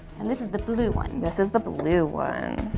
and this is the blue one. this is the blue one.